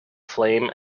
flame